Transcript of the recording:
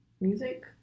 music